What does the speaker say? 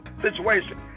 situation